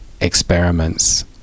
experiments